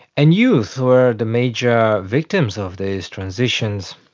and youth were the major victims of these transitions.